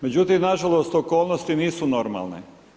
Međutim, nažalost, okolnosti nisu normalne.